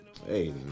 Hey